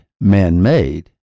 man-made